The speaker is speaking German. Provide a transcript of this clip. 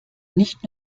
nicht